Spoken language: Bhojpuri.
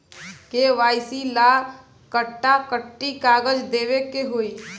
के.वाइ.सी ला कट्ठा कथी कागज देवे के होई?